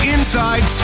Inside